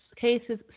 cases